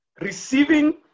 Receiving